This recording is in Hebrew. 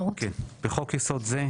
(4)בחוק יסוד זה,